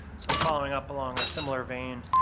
so, following up along a similar vein.